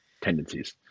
tendencies